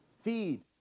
feed